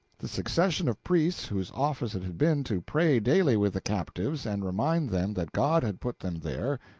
the succession of priests whose office it had been to pray daily with the captives and remind them that god had put them there,